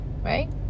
Right